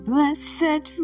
Blessed